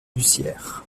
bussière